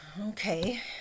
Okay